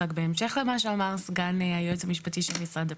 רק בהמשך למה שאמר סגן היועץ המשפטי של משרד הפנים,